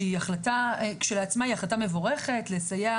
שהיא כשלעצמה החלטה מבורכת לסייע